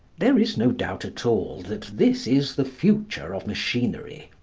there is no doubt at all that this is the future of machinery,